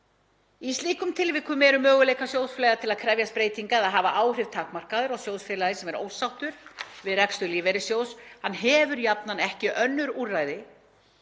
Í slíkum tilvikum eru möguleikar sjóðfélaga til að krefjast breytinga eða hafa áhrif takmarkaðir og sjóðfélagi sem er ósáttur við rekstur lífeyrissjóðs hefur jafnan ekki önnur úrræði